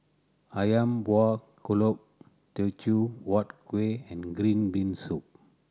Ayam Buah Keluak Teochew Huat Kuih and green bean soup